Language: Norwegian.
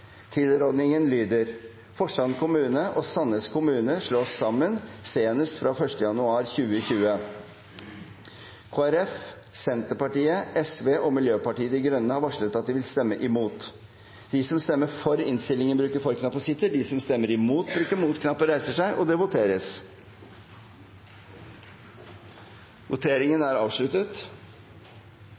Forslaget lyder: «Vågsøy kommune og Flora kommune slås sammen senest fra 1. januar 2020. Bremanger består som egen kommune.» Høyre, Kristelig Folkeparti, Senterpartiet, Sosialistisk Venstreparti og Miljøpartiet De Grønne har varslet at de vil stemme imot. Det voteres over B. Under debatten er